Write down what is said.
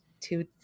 two